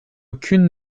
aucune